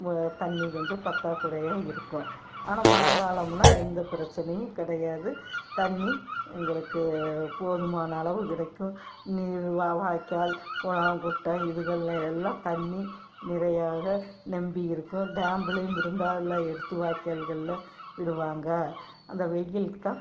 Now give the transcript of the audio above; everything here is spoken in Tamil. தண்ணி கொஞ்சம் பற்றாக்குறையா இருக்கும் ஆனால் மழை காலம்ன்னா எந்த பிரச்சனையும் கிடையாது தண்ணி எங்களுக்கு போதுமான அளவு கிடைக்கும் நீர் வாய்க்கால் குளம் குட்டை இதுகளில் எல்லாம் தண்ணி நிறையா ரொம்பி இருக்கும் டேம்லேயும் இருந்தால் எடுத்து வாய்க்கால்களில் விடுவாங்க அந்த வெய்யிலுக்கு தான்